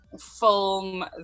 film